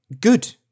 good